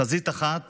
חזית אחת